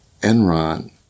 Enron